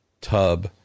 tub